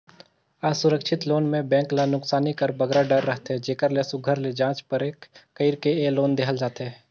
असुरक्छित लोन में बेंक ल नोसकानी कर बगरा डर रहथे जेकर ले सुग्घर ले जाँच परेख कइर के ए लोन देहल जाथे